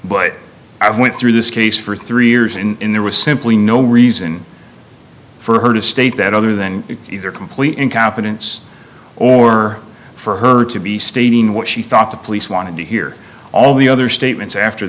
but i went through this case for three years in there was simply no reason for her to state that other than either complete incompetence or for her to be stating what she thought the police wanted to hear all the other statements after